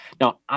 Now